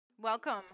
Welcome